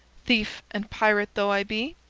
thief and pirate though i be?